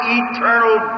eternal